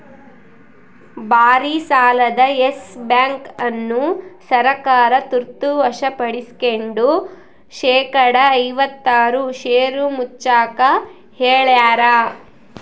ಭಾರಿಸಾಲದ yes bank ಅನ್ನು ಸರ್ಕಾರ ತುರ್ತ ವಶಪಡಿಸ್ಕೆಂಡು ಶೇಕಡಾ ಐವತ್ತಾರು ಷೇರು ಮುಚ್ಚಾಕ ಹೇಳ್ಯಾರ